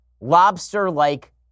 lobster-like